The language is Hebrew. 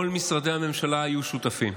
כל משרדי הממשלה היו שותפים.